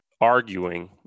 arguing